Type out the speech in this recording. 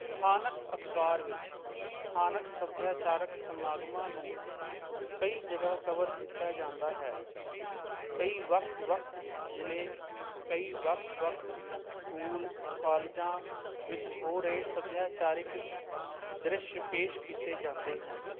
ਸਥਾਨਕ ਅਖਬਾਰ ਵਿੱਚ ਸਥਾਨਕ ਸੱਭਿਆਚਾਰਕ ਸਮਾਗਮਾਂ ਨੂੰ ਕਈ ਜਗ੍ਹਾ ਕਵਰ ਕੀਤਾ ਜਾਂਦਾ ਹੈ ਕਈ ਵੱਖ ਵੱਖ ਜ਼ਿਲ੍ਹੇ ਕਈ ਵੱਖ ਵੱਖ ਸਕੂਲ ਕਾਲਜਾਂ ਵਿੱਚ ਹੋ ਰਹੇ ਸੱਭਿਆਚਾਰਿਕ ਦ੍ਰਿਸ਼ ਪੇਸ਼ ਕੀਤੇ ਜਾਂਦੇ ਹਨ